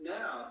now